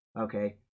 okay